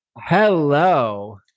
Hello